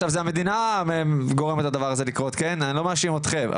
המדינה גורמת לדבר הזה לקרות, אני לא מאשים אתכם.